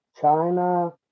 China